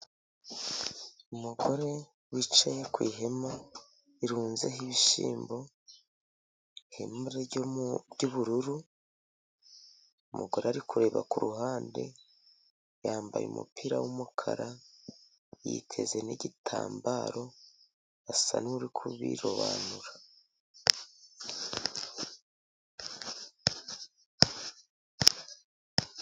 Umugore wicaye ku ihema rirunzeho ibishyimbo, ihema ry'ubururu. Umugore ari kureba ku ruhande, yambaye umupira w'umukara yiteze n'igitambaro, asa n'uri kubirobanura.